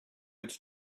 its